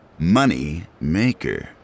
Moneymaker